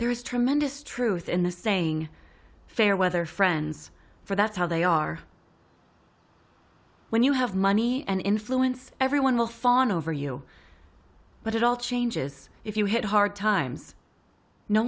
there is tremendous truth in the saying fair weather friends for that's how they are when you have money and influence everyone will find over you but it all changes if you hit hard times no